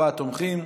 לעשרה, 24 תומכים,